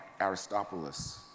Aristopolis